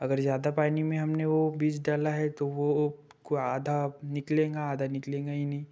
अगर ज़्यादा पानी में हमने वो बीज डाला है तो वो कोई आधा निकलेगा आधा निकलेगा ही नहीं